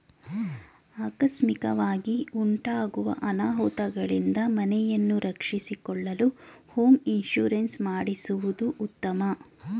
ಆಕಸ್ಮಿಕವಾಗಿ ಉಂಟಾಗೂ ಅನಾಹುತಗಳಿಂದ ಮನೆಯನ್ನು ರಕ್ಷಿಸಿಕೊಳ್ಳಲು ಹೋಮ್ ಇನ್ಸೂರೆನ್ಸ್ ಮಾಡಿಸುವುದು ಉತ್ತಮ